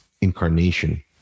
incarnation